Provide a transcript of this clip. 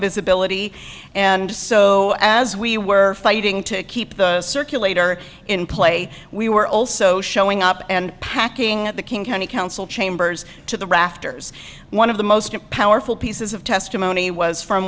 visibility and so as we were fighting to keep the circulator in play we were also showing up and packing the king county council chambers to the rafters one of the most powerful pieces of testimony was from